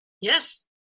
Yes